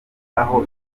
aho